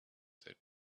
they